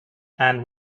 and